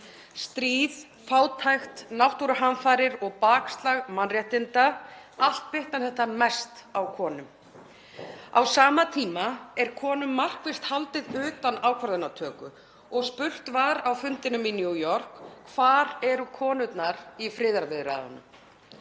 Stríð, fátækt, náttúruhamfarir og bakslag mannréttinda — allt bitnar þetta mest á konum. Á sama tíma er konum markvisst haldið utan ákvarðanatöku og spurt var á fundinum í New York: Hvar eru konurnar í friðarviðræðunum?